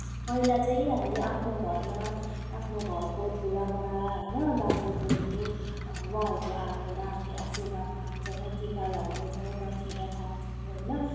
पहिला चाहिँ हामी आफ्नो घरमा आफ्नो घरको ठुला बडा होइन बाजे बजू उहाँहरूको हातबाट हामी आशीर्वाद थाप्छौँ टिका लगाउँछौँ दक्षिणा थाप्छौँ होइन